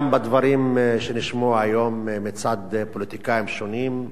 גם בדברים שנשמעו היום מצד פוליטיקאים שונים,